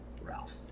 Ralph